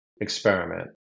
experiment